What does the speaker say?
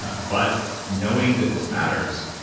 ah but knowing that this matters,